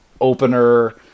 opener